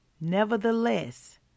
Nevertheless